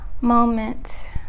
moment